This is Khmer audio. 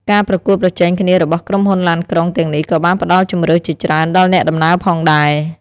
ការប្រកួតប្រជែងគ្នារបស់ក្រុមហ៊ុនឡានក្រុងទាំងនេះក៏បានផ្តល់ជម្រើសជាច្រើនដល់អ្នកដំណើរផងដែរ។